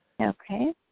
Okay